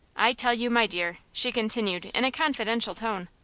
i tell you, my dear, she continued in a confidential tone,